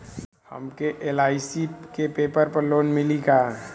हमके एल.आई.सी के पेपर पर लोन मिली का?